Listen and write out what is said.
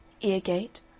Ear-gate